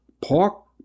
Park